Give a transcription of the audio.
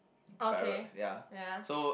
okay ya